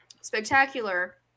spectacular